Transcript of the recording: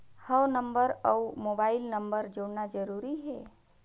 हव नंबर अउ mobile number जोड़ना जरूरी हे?